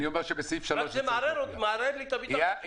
זה רק מערער לי את הביטחון שהבנת אותי.